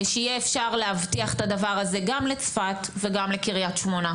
שיהיה אפשר להבטיח את הדבר הזה גם לצפת וגם לקריית שמונה,